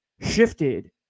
shifted